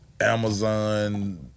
Amazon